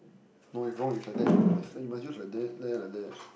no it's wrong it's like that it's you must use like that then like that